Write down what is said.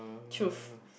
truth